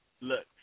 Look